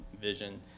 vision